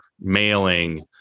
mailing